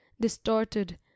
distorted